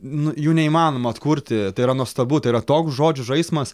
nu jų neįmanoma atkurti tai yra nuostabu tai yra toks žodžių žaismas